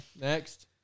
Next